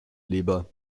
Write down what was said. leber